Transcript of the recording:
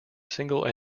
single